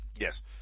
Yes